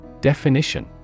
Definition